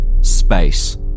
space